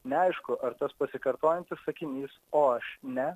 neaišku ar tas pasikartojantis sakinys o aš ne